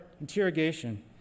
interrogation